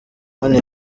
none